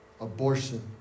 abortion